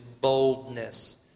boldness